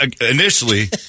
initially